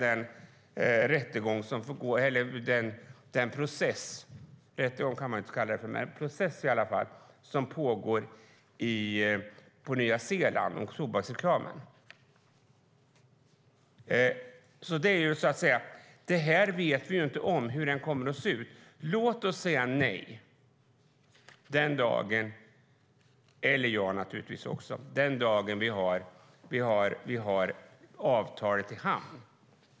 Däremot pågår en process på Nya Zeeland om tobaksreklamen. Vi vet inte hur detta kommer att se ut. Låt oss säga nej den dagen som vi har avtalet i hamn.